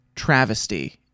travesty